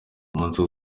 umunsi